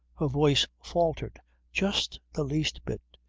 her voice faltered just the least bit,